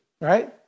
right